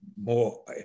more